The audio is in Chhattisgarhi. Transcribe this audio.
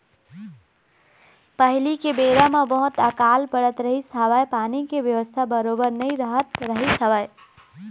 पहिली के बेरा म बहुत अकाल पड़त रहिस हवय पानी के बेवस्था बरोबर नइ रहत रहिस हवय